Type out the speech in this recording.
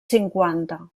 cinquanta